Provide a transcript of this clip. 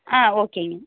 ஆ ஓகேங்க